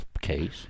case